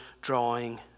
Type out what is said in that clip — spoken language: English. drawing